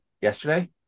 yesterday